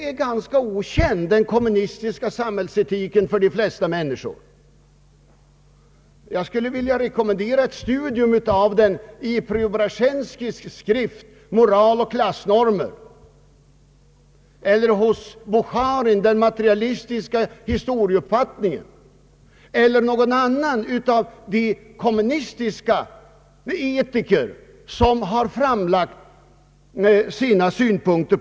är ganska okänd för de flesta människor här i landet. Jag vill rekommendera ett studium av den i Preobrajenskijs skrift Moral och klassnormer, eller Bucharin i Den materialistiska historieuppfattningen eller hos någon annan av de kommunistiska etiker som har framlagt sina synpunkter.